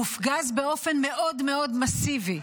מופגז באופן מאוד מאוד מסיבי.